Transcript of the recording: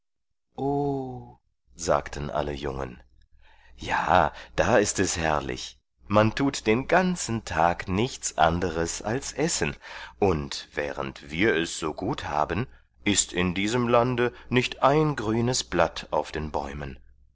sagten alle jungen ja da ist es herrlich man thut den ganzen tag nichts anderes als essen und während wir es so gut haben ist in diesem lande nicht ein grünes blatt auf den bäumen